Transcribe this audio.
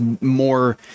more